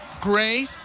Gray